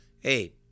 Hey